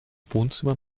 wohnzimmer